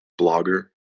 blogger